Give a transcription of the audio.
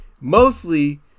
mostly